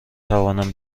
توانم